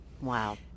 Wow